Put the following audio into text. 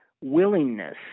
willingness